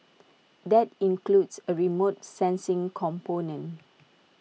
that includes A remote sensing component